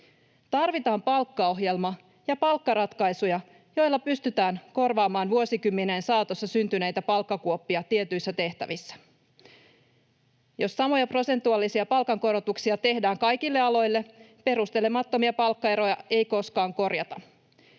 Tarvitaan palkkaohjelma ja palkkaratkaisuja, joilla pystytään korvaamaan vuosikymmenien saatossa syntyneitä palkkakuoppia tietyissä tehtävissä. Jos samoja prosentuaalisia palkankorotuksia tehdään kaikille aloille, perustelemattomia palkkaeroja ei koskaan korjata.